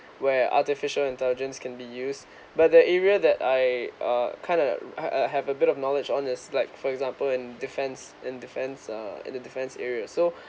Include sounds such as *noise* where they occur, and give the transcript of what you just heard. where artificial intelligence can be used but the area that I uh kind of uh have a bit of knowledge on is like for example in defense in defense uh in the defense area *breath* so